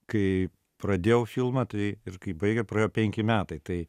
kai pradėjau filmą tai ir kai baigė praėjo penki metai tai